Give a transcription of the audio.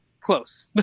close